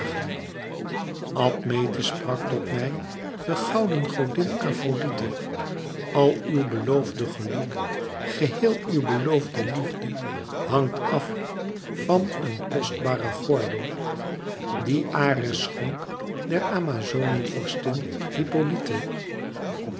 admete sprak tot mij de gouden godin afrodite al uw beloofde geluk geheel uw beloofde liefde hangt af van den kostbaren gordel dien ares schonk der amazonen vorstin